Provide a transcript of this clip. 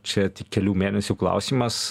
čia tik kelių mėnesių klausimas